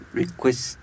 request